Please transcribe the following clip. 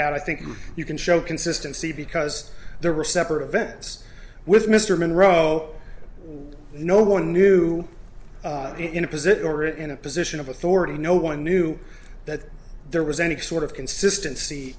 had i think you can show consistency because there were separate events with mr monroe no one knew in a position or in a position of authority no one knew that there was any sort of consistency